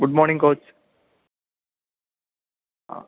good morning coach ആ